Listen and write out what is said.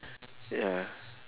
wait ah